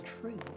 true